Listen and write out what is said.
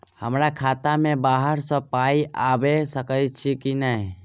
हमरा खाता मे बाहर सऽ पाई आबि सकइय की नहि?